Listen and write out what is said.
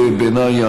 בעיניי,